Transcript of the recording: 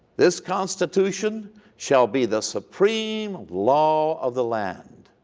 this constitution shall be the supreme law of the land,